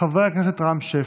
חבר הכנסת רם שפע,